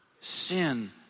Sin